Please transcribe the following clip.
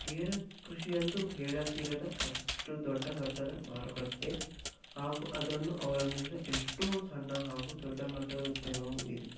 ಗೇರು ಕೃಷಿಯಂತೂ ಹೇಳತೀರದಷ್ಟು ದೊಡ್ಡ ಮಟ್ಟದ ಮಾರುಕಟ್ಟೆ ಹಾಗೂ ಅದನ್ನು ಅವಲಂಬಿಸಿದ ಎಷ್ಟೋ ಸಣ್ಣ ಹಾಗೂ ದೊಡ್ಡಮಟ್ಟದ ಉದ್ಯಮವು ಇದೆ